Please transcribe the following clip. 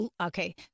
okay